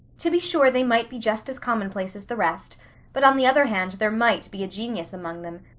to be sure, they might be just as commonplace as the rest but on the other hand there might be a genius among them.